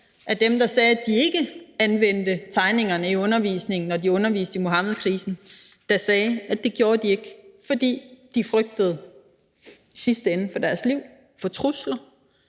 af lærerne, som sagde, at de ikke anvendte tegningerne i undervisningen, når de underviste i Muhammedkrisen, og at de ikke gjorde det, fordi de frygtede i sidste ende for deres liv, for trusler,